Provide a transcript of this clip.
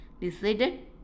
Decided